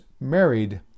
married